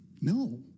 No